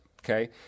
Okay